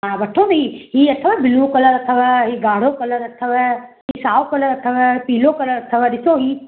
हा वठो बि हीअ अथव ब्लू कलर अथव हीअ ॻाढ़ो कलर अथव हीअ साओ कलर अथव पीलो कलर अथव ॾिसो हीअ